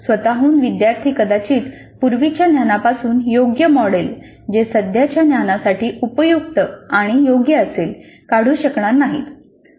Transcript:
स्वत हून विद्यार्थी कदाचित पूर्वीच्या ज्ञानापासून योग्य मॉडेल जे सध्याच्या ज्ञानासाठी उपयुक्त आणि योग्य असेल काढू शकणार नाहीत